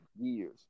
years